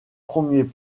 premier